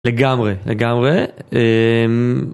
לגמרי לגמרי.